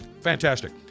Fantastic